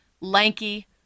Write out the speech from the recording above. lanky